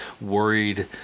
worried